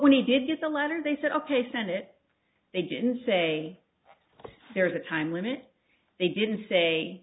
when he did get a letter they said ok senate they didn't say there's a time limit they didn't say